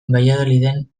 valladoliden